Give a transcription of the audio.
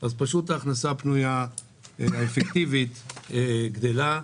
אז ההכנסה הפנויה והאפקטיבית גדלה.